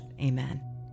Amen